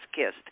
kissed